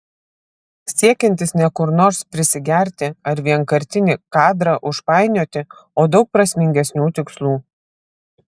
siekiantis ne kur nors prisigerti ar vienkartinį kadrą užpainioti o daug prasmingesnių tikslų